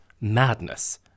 madness